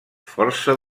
força